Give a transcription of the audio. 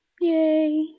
Yay